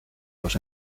los